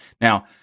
now